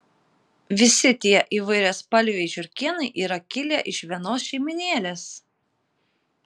visi tie įvairiaspalviai žiurkėnai yra kilę iš vienos šeimynėlės